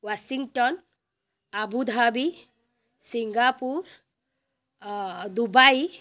Washington Abu Dhabi Singapore Dubai